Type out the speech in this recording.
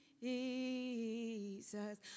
Jesus